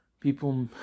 people